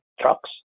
trucks